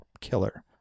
killer